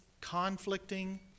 conflicting